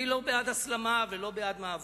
אני לא בעד הסלמה ולא בעד מאבק.